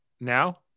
Now